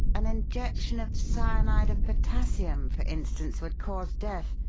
an injection of cyanide of potassium, for instance, would cause death,